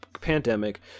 pandemic